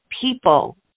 people